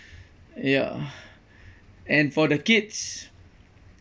ya and for the kids